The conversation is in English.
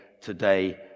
today